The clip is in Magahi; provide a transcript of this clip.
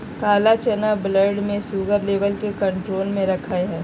काला चना ब्लड में शुगर लेवल के कंट्रोल में रखैय हइ